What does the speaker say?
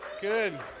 Good